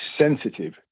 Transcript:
sensitive